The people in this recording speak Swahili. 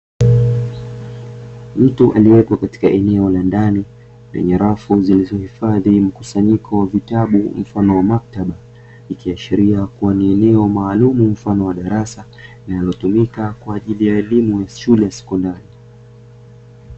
Mtu aliyepo katika eneo la ndani lenye rafu zilizohifadhi mkusanyiko wa vitabu mfano wa maktaba, likiashiria kuwa ni eneo maalumu mfano wa darasa linalotumika kwa ajili ya elimu ya shule ya sekondari.